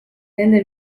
nende